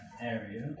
area